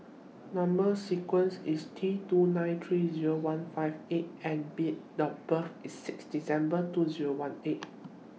Number sequence IS T two nine three Zero one five eight and B The birth IS six December two Zero one eight